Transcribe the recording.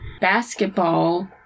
basketball